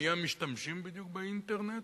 מי המשתמשים בדיוק באינטרנט?